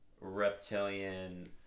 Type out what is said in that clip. reptilian